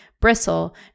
bristle